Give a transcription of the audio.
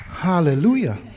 Hallelujah